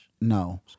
no